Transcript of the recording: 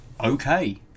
okay